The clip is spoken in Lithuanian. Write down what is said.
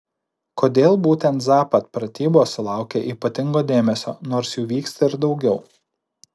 kodėl būtent zapad pratybos sulaukia ypatingo dėmesio nors jų vyksta ir daugiau